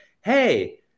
Hey